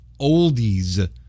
oldies